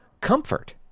comfort